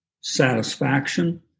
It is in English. satisfaction